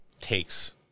takes